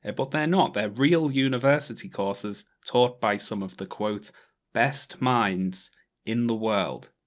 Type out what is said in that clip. and but they're not. they're real university courses, taught by some of the, quote best minds in the world.